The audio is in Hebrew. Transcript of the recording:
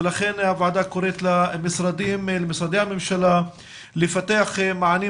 ולכן הוועדה קוראת למשרדי הממשלה לפתח מענים